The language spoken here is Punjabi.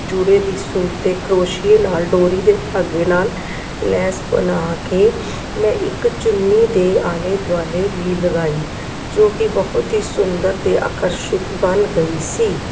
ਜੂੜੇ ਦੀ ਸੂਈ ਅਤੇ ਕ੍ਰੋਸ਼ੀਏ ਨਾਲ ਡੋਰੀ ਦੇ ਧਾਗੇ ਨਾਲ ਲੈਸ ਬਣਾ ਕੇ ਮੈਂ ਇੱਕ ਚੁੰਨੀ ਦੇ ਆਲੇ ਦੁਆਲੇ ਵੀ ਲਗਾਈ ਜੋ ਕਿ ਬਹੁਤ ਹੀ ਸੁੰਦਰ ਅਤੇ ਆਕਰਸ਼ਿਤ ਬਣ ਗਈ ਸੀ